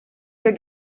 your